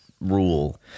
rule